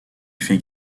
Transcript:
fait